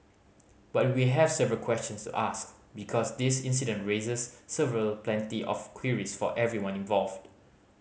but we have several questions to ask because this incident raises several plenty of queries for everyone involved